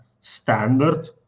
standard